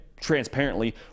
transparently